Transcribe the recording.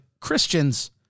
Christians